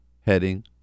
heading